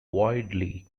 widely